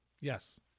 Yes